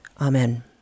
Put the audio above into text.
Amen